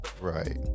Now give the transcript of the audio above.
right